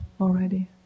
already